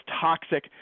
toxic